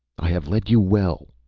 i have led you well,